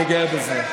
אני גאה בזה.